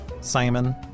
Simon